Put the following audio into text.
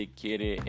quiere